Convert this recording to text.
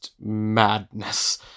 madness